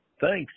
Thanks